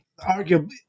arguably